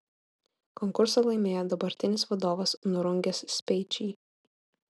konkursą laimėjo dabartinis vadovas nurungęs speičį